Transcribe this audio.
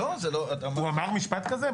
לא, זה לא --- הוא אמר משפט כזה?